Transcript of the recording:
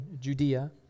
Judea